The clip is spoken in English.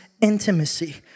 intimacy